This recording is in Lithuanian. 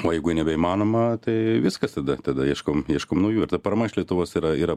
o jeigu nebeįmanoma tai viskas tada tada ieškom ieškom naujų ir ta parama iš lietuvos yra yra